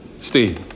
Steve